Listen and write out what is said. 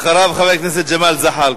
אחריו, חבר הכנסת ג'מאל זחאלקה.